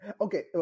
Okay